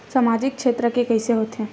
सामजिक क्षेत्र के कइसे होथे?